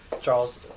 Charles